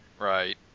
Right